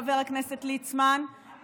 חבר הכנסת ליצמן,